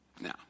Now